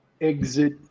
exit